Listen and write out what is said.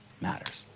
matters